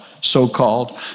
so-called